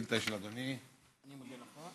השאילתה היא של אדוני.